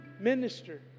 minister